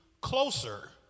closer